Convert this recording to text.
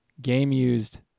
game-used